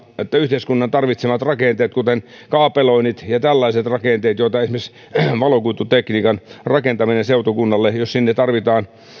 että jos yhteiskunnan tarvitsemille rakenteille kuten kaapeloinnit ja tällaiset rakenteet esimerkiksi valokuitutekniikan rakentaminen seutukunnalle tarvitaan